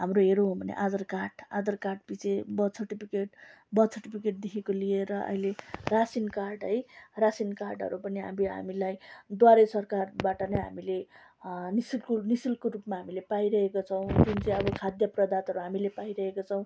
हाम्रो हेऱ्यौँ भने आधार कार्ड आधार कार्डपछि बर्थ सर्टिपिकेट बर्थ सर्टिपिकेटदेखिको लिएर अहिले रासिन कार्ड है रासिन कार्डहरू पनि हामी हामीलाई द्वारे सरकारबाट नै हामीले निसु निःशुल्क रूपमा हामीले पाइरहेको छौँ जुन चाहिँ अब खाद्य पदार्थहरू हामीले पाइरहेको छौँ